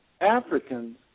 Africans